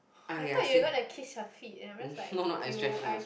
I thought you going to kiss your feet and I'm just liek !eww! I